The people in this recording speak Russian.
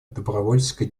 добровольческой